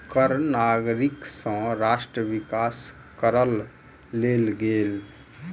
कर नागरिक सँ राष्ट्र विकास करअ लेल गेल